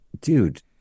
dude